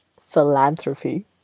philanthropy